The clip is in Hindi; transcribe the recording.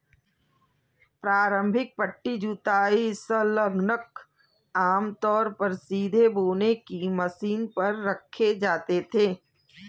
प्रारंभिक पट्टी जुताई संलग्नक आमतौर पर सीधे बोने की मशीन पर रखे जाते थे